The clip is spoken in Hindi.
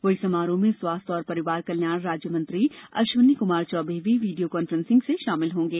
वहीं समारोह में स्वास्थ्य एवं परिवार कल्याण राज्यमंत्री अश्वनी कमार चौबे भी वीडियो कान्फ्रेंसिंग से शामिल होंगे